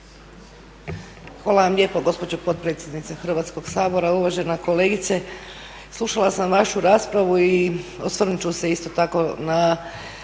Hvala vam lijepo gospođo potpredsjednice Hrvatskog sabora, uvažena kolegice. Slušala sam vašu raspravu i osvrnut ću se isto tako na